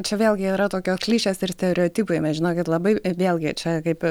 čia vėlgi yra tokio klišės ir stereotipai mes žinokit labai vėlgi čia kaip